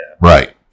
Right